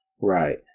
Right